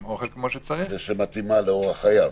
אוכל כמו שצריך --- ושמתאימה לאורח חייו.